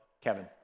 Kevin